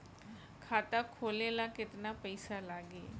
खाता खोले ला केतना पइसा लागी?